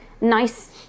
nice